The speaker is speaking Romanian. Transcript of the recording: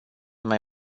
mai